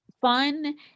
fun